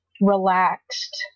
relaxed